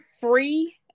free